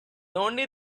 only